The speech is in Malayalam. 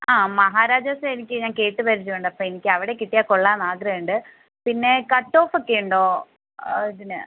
ആ മഹാരാജാസ് എനിക്ക് ഞാൻ കേട്ട് പരിചയം ഉണ്ട് അപ്പോൾ എനിക്ക് അവിടെ കിട്ടിയാൽ കൊള്ളാമെന്ന് ആഗ്രഹം ഉണ്ട് പിന്നെ കട്ട് ഓഫ് ഒക്കെ ഉണ്ടോ ഇതിന്